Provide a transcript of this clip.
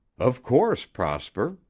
of course, prosper.